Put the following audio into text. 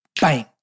Bang